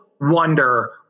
wonder